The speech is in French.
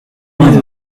route